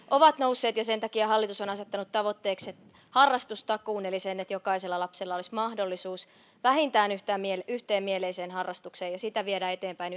ovat nousseet ja sen takia hallitus on asettanut tavoitteekseen harrastustakuun eli sen että jokaisella lapsella olisi mahdollisuus vähintään yhteen yhteen mieleiseen harrastukseen ja sitä viedään eteenpäin